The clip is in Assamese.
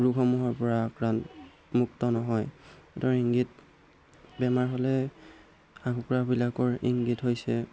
ৰোগসমূহৰ পৰা আক্ৰান্ত মুক্ত নহয় তাৰ ইংগিত বেমাৰ হ'লে হাঁহ কুকুৰাবিলাকৰ ইংগিত হৈছে